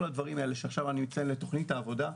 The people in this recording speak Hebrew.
הדברים האלה שאני מצין לתוכנית העבודה.